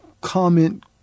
comment